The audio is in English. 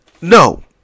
no